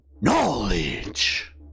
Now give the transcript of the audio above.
knowledge